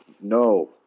No